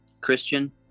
Christian